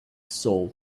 saw